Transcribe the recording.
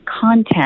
content